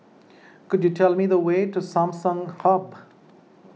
could you tell me the way to Samsung Hub